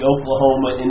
Oklahoma